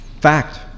Fact